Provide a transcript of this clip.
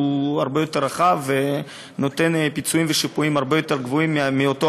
הוא הרבה יותר רחב ונותן פיצויים ושיפויים הרבה יותר גבוהים מאותו